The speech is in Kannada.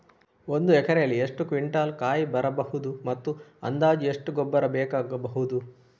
ಒಂದು ಎಕರೆಯಲ್ಲಿ ಎಷ್ಟು ಕ್ವಿಂಟಾಲ್ ಕಾಯಿ ಬರಬಹುದು ಮತ್ತು ಅಂದಾಜು ಎಷ್ಟು ಗೊಬ್ಬರ ಬೇಕಾಗಬಹುದು?